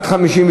התשע"ג 2013,